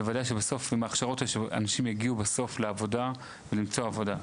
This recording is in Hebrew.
בוודאי שבסוף עם ההכשרות שאנשים יגיעו בסוף לעבודה ולמצוא עבודה,